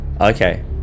okay